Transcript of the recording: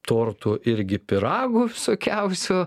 tortų irgi pyragų visokiausių